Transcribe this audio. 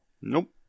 Nope